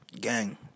gang